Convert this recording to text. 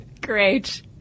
great